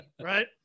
Right